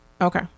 Okay